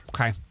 Okay